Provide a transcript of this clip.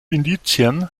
indizien